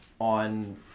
on